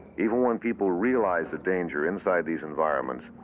even when people realize the danger inside these environments,